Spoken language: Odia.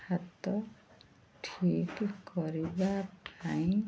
ହାତ ଠିକ୍ କରିବା ପାଇଁ